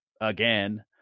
again